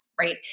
right